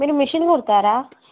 మీరు మెషిన్ కుడతారా